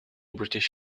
british